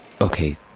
Okay